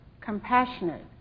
compassionate